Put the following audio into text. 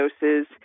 doses